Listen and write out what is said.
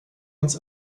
uns